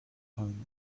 home